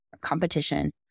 competition